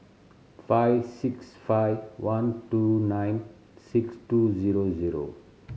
five six five one two nine six two zero zero